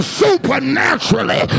supernaturally